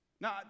Now